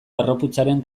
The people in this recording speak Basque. harroputzaren